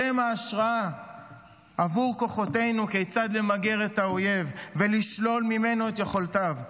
אתם ההשראה עבור כוחותינו כיצד למגר את האויב ולשלול ממנו את יכולותיו.